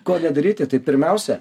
ko nedaryti tai pirmiausia